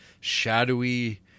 shadowy